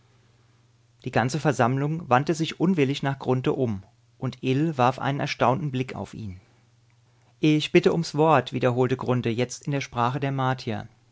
die ganze versammlung wandte sich unwillig nach grunthe um und ill warf einen erstaunten blick auf ihn ich bitte ums wort wiederholte grunthe jetzt in der sprache der martier